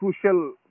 crucial